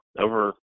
over